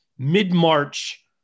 Mid-March